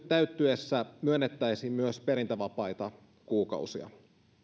täyttyessä myönnettäisiin myös perintävapaita kuukausia